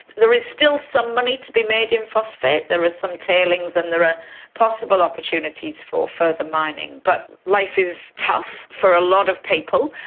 there is still some money to be made in phosphate, there are some tailings and there are possible opportunities for further mining. but life is tough for a lot of people.